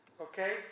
Okay